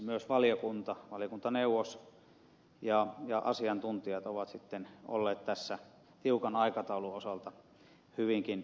myös valiokunta valiokuntaneuvos ja asiantuntijat ovat sitten olleet tässä tiukan aikataulun osalta hyvinkin joustavasti mukana